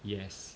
yes